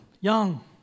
young